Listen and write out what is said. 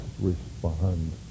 respond